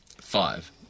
Five